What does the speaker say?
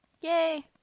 Yay